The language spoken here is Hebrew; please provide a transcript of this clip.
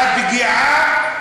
והפגיעה,